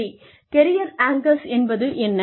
சரி career anchors என்பது என்ன